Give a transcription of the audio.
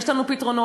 יש לנו פתרונות,